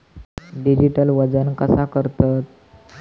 Digital वजन कसा करतत?